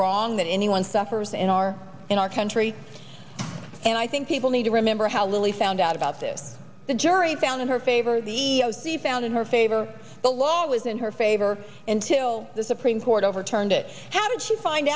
wrong that anyone suffers in our in our country and i think people need to remember how lily found out about this the jury found in her favor the c found in her favor the law was in her favor in till the supreme court overturned it how did she find